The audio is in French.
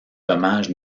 dommage